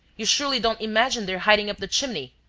you surely don't imagine they're hiding up the chimney?